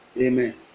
Amen